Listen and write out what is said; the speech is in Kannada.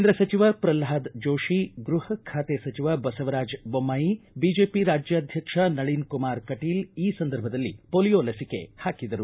ಕೇಂದ್ರ ಸಚಿವ ಪ್ರಲ್ಹಾದ್ ಜೋಶಿ ಗೃಹ ಖಾತೆ ಸಚಿವ ಬಸವರಾಜ್ ದೊಮ್ಮಾಯಿ ಬಿಜೆಪಿ ರಾಜ್ಯಾಧ್ಯಕ್ಷ ನಳಿನ್ಕುಮಾರ್ ಕಟೀಲ್ ಈ ಸಂದರ್ಭದಲ್ಲಿ ಪೊಲಿಯೋ ಲಸಿಕೆ ಹಾಕಿದರು